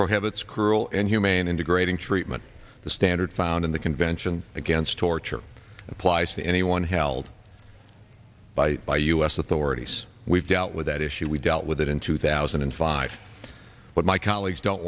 prohibits cruel inhumane and degrading treatment the standard found in the convention against torture applies to anyone held by by u s authorities we've dealt with that issue we dealt with it in two thousand and five but my colleagues don't